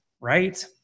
right